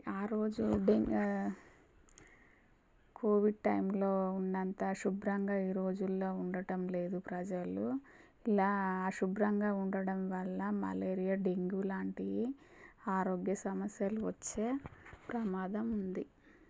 ఆరోజు కోవిడ్ టైంలో ఉన్నంత శుభ్రంగా ఈ రోజుల్లో ఉండటం లేదు ప్రజలు ఇలా అశుభ్రంగా ఉండడం వల్ల మలేరియా డెంగ్యూ లాంటివి ఆరోగ్య సమస్యలు వచ్చే ప్రమాదం ఉంది